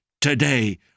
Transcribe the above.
today